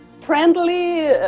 friendly